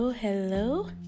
Hello